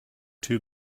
too